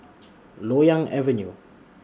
Loyang Avenue